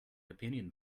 opinion